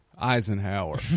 Eisenhower